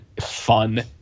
fun